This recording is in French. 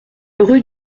rue